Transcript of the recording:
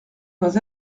pas